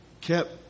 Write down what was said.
kept